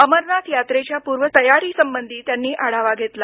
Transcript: अमरनाथ यात्रेच्या पूर्वतयारीसंबंधी त्यांनी आढावा घेतला